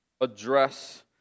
address